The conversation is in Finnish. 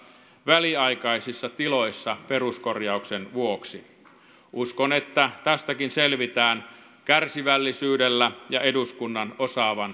väliaikaisissa tiloissa peruskorjauksen vuoksi uskon että tästäkin selvitään kärsivällisyydellä ja eduskunnan osaavan